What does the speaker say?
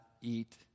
eat